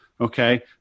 okay